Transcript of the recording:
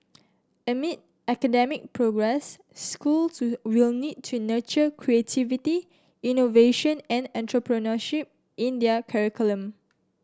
amid academic progress schools will need to nurture creativity innovation and entrepreneurship in their curriculum